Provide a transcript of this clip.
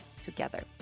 together